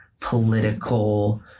political